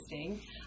interesting